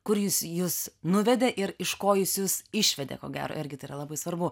kur jis jus nuvedė ir iš ko jis jus išvedė ko gero irgi tai yra labai svarbu